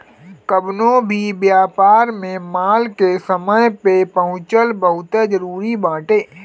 कवनो भी व्यापार में माल के समय पे पहुंचल बहुते जरुरी बाटे